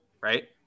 Right